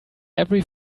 every